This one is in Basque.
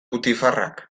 butifarrak